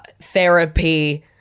therapy